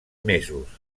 mesos